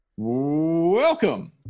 Welcome